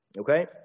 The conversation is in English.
Okay